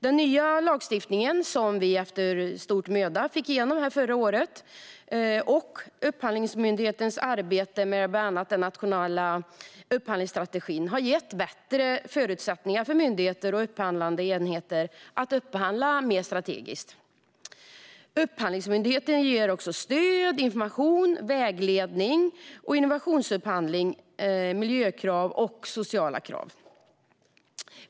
Den nya lagstiftningen, som vi efter stor möda fick igenom förra året, och Upphandlingsmyndighetens arbete med bland annat den nationella upphandlingsstrategin har gett bättre förutsättningar för myndigheter och upphandlande enheter att upphandla mer strategiskt. Upphandlingsmyndigheten ger också stöd, information och vägledning om innovationsupphandling, miljökrav och sociala krav.